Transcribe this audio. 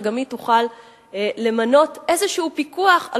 שגם היא תוכל למנות פיקוח כלשהו על